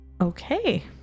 okay